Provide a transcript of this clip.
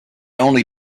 only